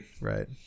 Right